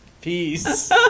Peace